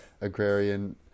agrarian